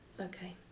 Okay